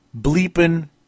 bleeping